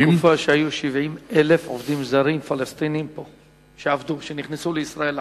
היתה תקופה שהיו כאן 70,000 עובדים זרים פלסטינים שנכנסו לישראל לעבוד.